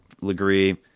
Legree